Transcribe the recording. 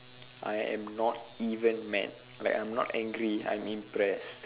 I am not even mad like I'm not angry I'm impressed